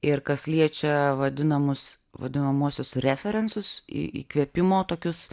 ir kas liečia vadinamus vadinamuosius referencus įkvėpimo tokius